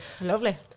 Lovely